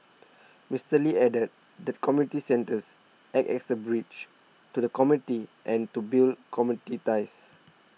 Mister Lee added that community centres act as a bridge to the community and to build community ties